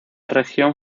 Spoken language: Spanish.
región